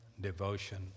devotion